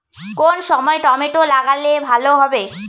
কোন সময় টমেটো লাগালে ভালো হবে?